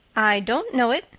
i don't know it.